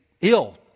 ill